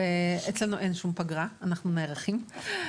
ואצלנו אין שום פגרה, אנחנו נערכים.